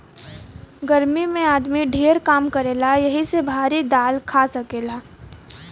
गर्मी मे आदमी ढेर काम करेला यही से भारी दाल खा सकेला